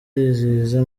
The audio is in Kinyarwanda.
irizihiza